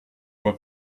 were